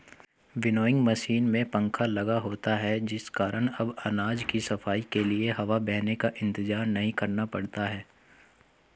winnowing machine में पंखा लगा होता है जिस कारण अब अनाज की सफाई के लिए हवा बहने का इंतजार नहीं करना पड़ता है